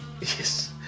Yes